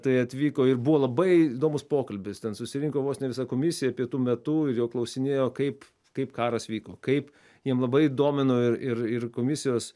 tai atvyko ir buvo labai įdomus pokalbis ten susirinko vos ne visa komisija pietų metu ir jo klausinėjo kaip kaip karas vyko kaip jiem labai domino ir ir ir komisijos